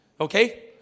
Okay